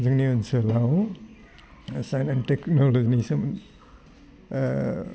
जोंनि ओनसोलाव टेक्न'ल'जिनि सोमोन